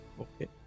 okay